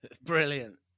Brilliant